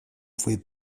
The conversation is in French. pouvait